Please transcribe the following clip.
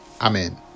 Amen